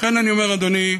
לכן אני אומר, אדוני,